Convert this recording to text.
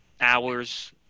hours